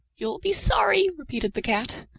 you'll be sorry, repeated the cat.